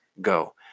go